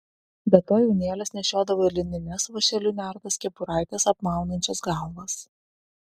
be to jaunėlės nešiodavo ir linines vąšeliu nertas kepuraites apmaunančias galvas